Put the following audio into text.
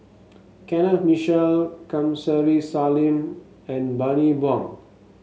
Kenneth Mitchell Kamsari Salam and Bani Buang